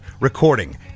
recording